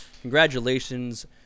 Congratulations